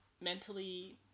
mentally